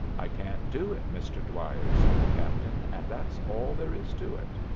i can't do it, mr. dwyer, said the captain, and that's all there is to it.